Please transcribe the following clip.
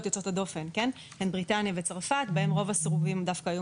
הן בריטניה וצרפת בהן רוב הסירובים היו